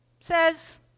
says